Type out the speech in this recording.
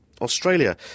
Australia